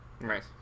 Right